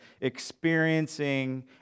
experiencing